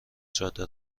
جاده